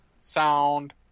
sound